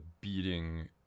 beating